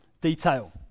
detail